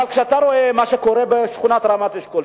אבל כשאתה רואה מה שקורה בשכונת רמת-אשכול,